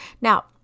Now